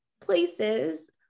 places